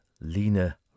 Lena